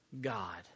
God